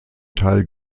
teil